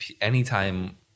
anytime